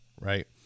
Right